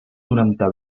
noranta